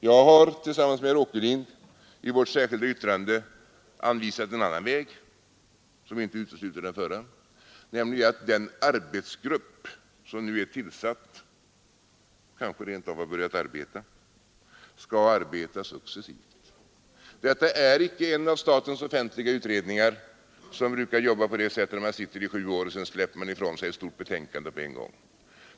Jag har tillsammans med herr Åkerlind i vårt särskilda yttrande anvisat en annan väg som inte utesluter den förra, nämligen att den arbetsgrupp som nu är tillsatt — kanske den rentav har trätt i verksamhet — skall arbeta successivt. Det är inte fråga om en av statens offentliga utredningar, som brukar sitta i sju år och sedan avlämna ett stort betänkande på en gång.